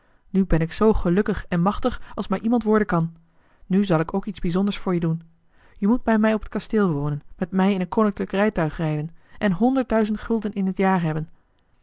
nu ben ik zoo gelukkig en machtig als maar iemand worden kan nu zal ik ook iets bijzonders voor je doen je moet bij mij op het kasteel wonen met mij in een koninklijk rijtuig rijden en honderd duizend gulden in het jaar hebben